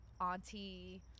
auntie